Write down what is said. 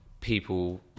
people